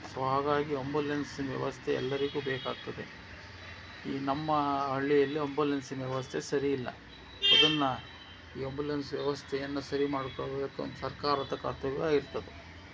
so ಹಾಗಾಗಿ ಅಂಬುಲೆನ್ಸಿನ ವ್ಯವಸ್ಥೆ ಎಲ್ಲರಿಗೂ ಬೇಕಾಗ್ತದೆ ಈ ನಮ್ಮ ಹಳ್ಳಿಯಲ್ಲಿ ಅಂಬುಲೆನ್ಸಿನ ವ್ಯವಸ್ಥೆ ಸರಿಯಿಲ್ಲ ಅದನ್ನ ಈ ಅಂಬುಲೆನ್ಸ್ ವ್ಯವಸ್ಥೆಯನ್ನು ಸರಿ ಮಾಡ್ಕೋಬೇಕು ಅಂತ ಸರ್ಕಾರದ ಕರ್ತವ್ಯ ಆಗಿರ್ತದೆ